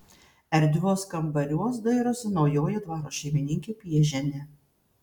erdviuos kambariuos dairosi naujoji dvaro šeimininkė piežienė